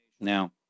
Now